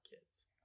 kids